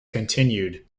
continued